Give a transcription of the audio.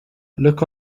look